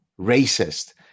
racist